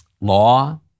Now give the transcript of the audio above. law